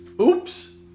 oops